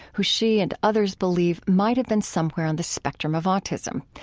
who she and others believe might have been somewhere on the spectrum of autism.